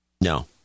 No